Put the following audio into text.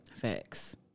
facts